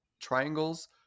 triangles